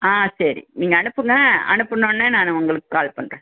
ஆ சரி நீங்கள் அனுப்புங்ள் அனுப்பினோன்னே நான் உங்களுக்கு கால் பண்ணுறேன்